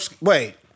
Wait